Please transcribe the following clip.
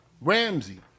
Ramsey